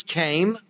came